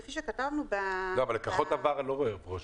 כפי שכתבנו --- לקוחות עבר אני לא רואה איפה רשום.